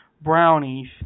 brownies